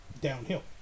downhill